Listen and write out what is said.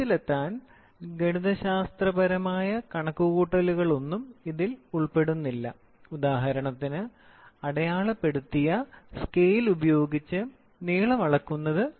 ഫലത്തിലെത്താൻ ഗണിതശാസ്ത്രപരമായ കണക്കുകൂട്ടലുകളൊന്നും ഇതിൽ ഉൾപ്പെടുന്നില്ല ഉദാഹരണത്തിന് അടയാളപ്പെടുത്തിയ സ്കെയിൽ ഉപയോഗിച്ച് നീളം അളക്കുന്നത്